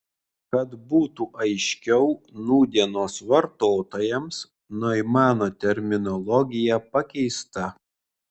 kad būtų aiškiau nūdienos vartotojams noimano terminologija pakeista